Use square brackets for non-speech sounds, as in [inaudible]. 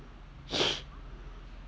[noise]